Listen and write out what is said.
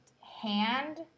hand